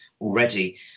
already